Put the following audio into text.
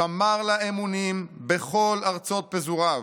שמר לה אמונים בכל ארצות פזוריו,